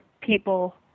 people